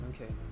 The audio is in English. Okay